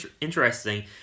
interesting